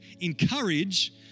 encourage